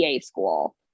school